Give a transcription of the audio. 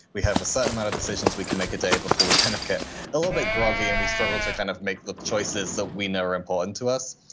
we have a certain amount of decisions we can make a day before we kind of get a little bit groggy and we struggle to kind of make the choices that we know are important to us.